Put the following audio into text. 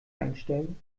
einstellen